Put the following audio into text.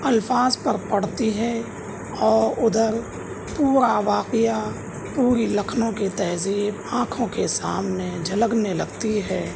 الفاظ پر پڑتی ہے اور ادھر پورا واقعہ پوری لکھنؤ کی تہذیب آنکھوں کے سامنے جھلکنے لگتی ہے